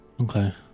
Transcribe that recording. Okay